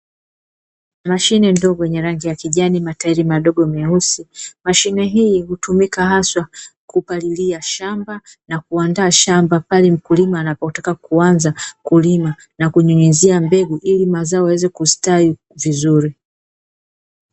Mashine ndogo yenye rangi ya kijani na matairi madogo meusi, mashine hii hutumika haswa kupalilia shamba na kuandaa shamba pale mkulima anapotaka kuanza kulima na kunyunyizia mbegu ilimazao yaweze kustawi vizuri.